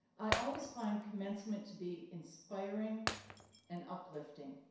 i always find commencement to be inspiring and uplifting.